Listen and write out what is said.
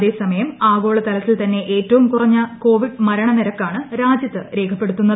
അതേസമയം ആഗോളതലത്തിൽത്തന്നെ ഏറ്റവും കുറഞ്ഞ കോവിഡ് മരണ നിരക്കാണ് രാജ്യത്ത് രേഖപ്പെടുത്തുന്നത്